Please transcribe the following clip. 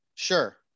Sure